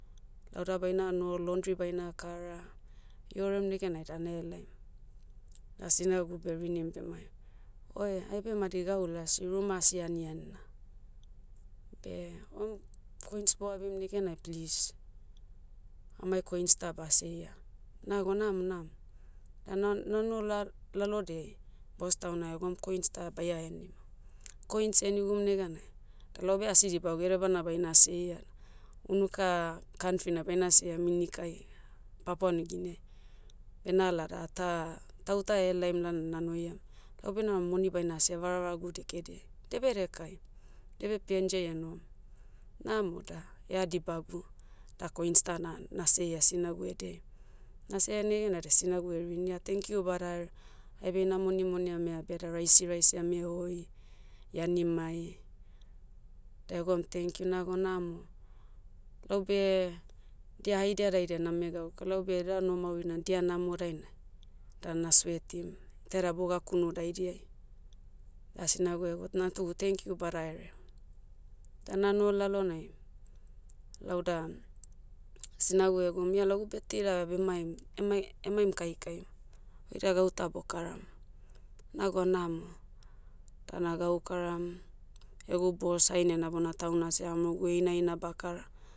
Lauda baina noho londri baina kara, eorem negenai da nahelaim. Da sinagu berinim bemai, oe, aibe madi gau lasi ruma asi anian na. Beh, oem, coins boabim negenai plis, amai coins ta basiaia. Nagwa namo nam. Dana- nola- lalodiai, bos tauna egwa oem coins ta baia henim. Coins ehnigum neganai, toh laube asidibagu edebana baina siaia, unuka, kantri na baina siam inikai, papa nigini ai. Benala da tah- tauta elaim laona nanoiam, laube nauram moni baina sia varavaragu dekediai. Dia bedekai. Diabe png ai enohom. Namo da, ea dibagu. Da coins ta na- nasiaia sinagu ediai. Na siaia negenai da sinagu ring ia tenkiu badaere. Aibe ina monimoni ame abia da raisi raisi ame hoi, ianimai. Da egwaum tenkiu naga namo. Laube, dia haidia daidai name gauka laube eda noh maurina dia namo dainai, da naswetim. Teda bogakunu daidiai. Da sinagu ego natugu tenkiu badaherea. Da nanoho lalonai, lauda, sinagu egoum ia lagu betdei da bemaim, emai- emaim kahikahi. Oida gauta bokaram. Naga namo. Da nagaukaram, egu bos hainena bona tauna seh eamaogu heina heina bakara